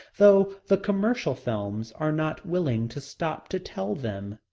though the commercial films are not willing to stop to tell them.